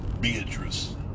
Beatrice